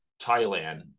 thailand